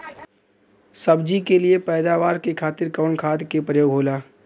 सब्जी के लिए पैदावार के खातिर कवन खाद के प्रयोग होला?